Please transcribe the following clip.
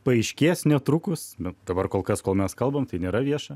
paaiškės netrukus bet dabar kol kas kol mes kalbam tai nėra vieša